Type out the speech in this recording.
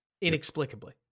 inexplicably